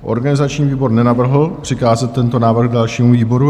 Organizační výbor nenavrhl přikázat tento návrh dalšímu výboru.